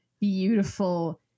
beautiful